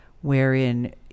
wherein